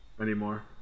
anymore